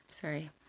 sorry